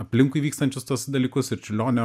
aplinkui vykstančius tuos dalykus ir čiurlionio